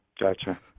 Gotcha